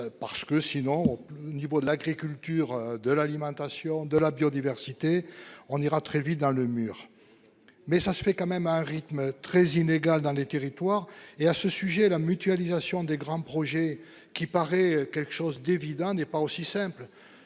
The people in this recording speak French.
Parce que sinon niveau de l'agriculture, de l'alimentation de la biodiversité, on ira très vite dans le mur. Mais ça se fait quand même à un rythme très inégale dans les territoires et à ce sujet, la mutualisation des grands projets qui paraît quelque chose d'évident n'est pas aussi simple.